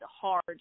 hard